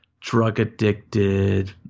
drug-addicted